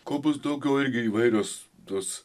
kol bus daugiau irgi įvairios tos